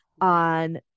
on